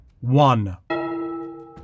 One